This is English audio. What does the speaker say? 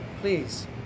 Please